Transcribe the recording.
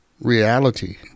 reality